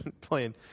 playing